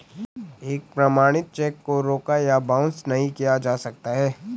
एक प्रमाणित चेक को रोका या बाउंस नहीं किया जा सकता है